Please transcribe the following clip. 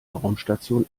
raumstation